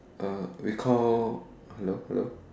uh we call hello hello